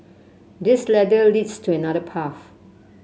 this ladder leads to another path